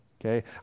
Okay